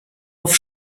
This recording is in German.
auf